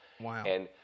Wow